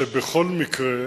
שבכל מקרה